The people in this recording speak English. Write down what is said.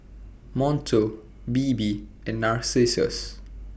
Monto Bebe and Narcissus